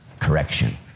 correction